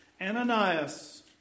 Ananias